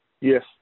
yes